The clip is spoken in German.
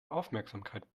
aufmerksamkeit